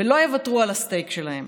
ולא יוותרו על הסטייק שלהם,